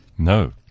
No